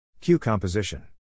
Q-composition